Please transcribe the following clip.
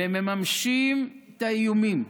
והם מממשים את האיומים.